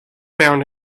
bound